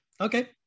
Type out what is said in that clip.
Okay